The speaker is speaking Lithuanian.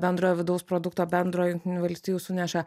bendrojo vidaus produkto bendro jungtinių valstijų sunešė